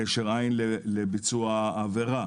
קשר עין לביצוע העבירה.